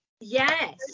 Yes